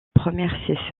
première